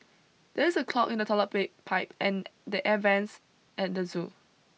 there is a clog in the toilet pipe and the air vents at the zoo